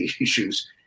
issues